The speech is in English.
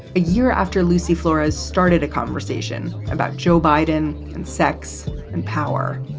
a year after lucy flores started a conversation about joe biden and sex and power.